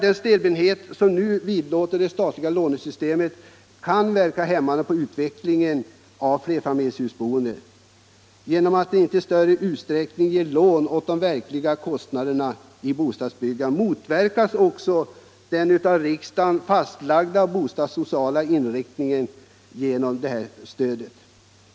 Den stelbenthet som nu vidlåder det statliga lånesystemet kan verka hämmande på en utveckling av flerfamiljshusboendet. Genom att inte i större utsträckning ge lån till de verkliga kostnaderna i bostadsbyggandet motverkas också den av riksdagen fastlagda bostadssociala inriktningen för det statliga stödet.